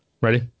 ready